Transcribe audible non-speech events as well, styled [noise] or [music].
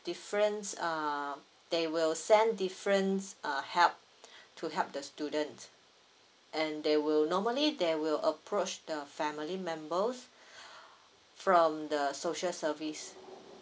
different uh they will send different uh help [breath] to help the student and they will normally they will approach the family members [breath] from the social service